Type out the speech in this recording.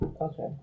Okay